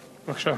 בבקשה.